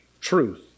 truth